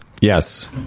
Yes